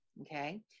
okay